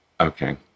Okay